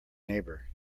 neighbour